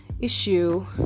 issue